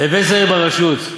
"הוו זהירין ברשות"